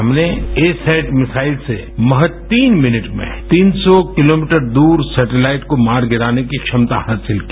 हमने A SAT missile से महज तीन मिनट में तीन सौ किलोमीटर दूर सैटेलाइट को मार गिराने की क्षमता हासिल की